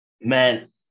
man